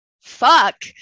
Fuck